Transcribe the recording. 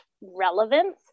relevance